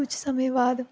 ਕੁਛ ਸਮੇਂ ਬਾਅਦ